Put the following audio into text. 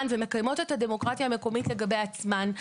ומקיימות את הדמוקרטיה המקומית לגבי עצמן,